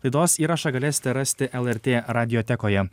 laidos įrašą galėsite rasti lrt radiotekoje